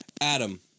Adam